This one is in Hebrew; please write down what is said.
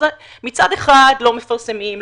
אז מצד אחד לא מפרסמים,